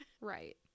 Right